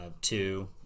two